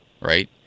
right